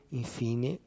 infine